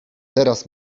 teraz